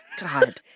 God